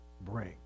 break